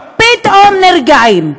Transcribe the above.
פתאום, נרגעים.